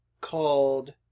called